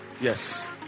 Yes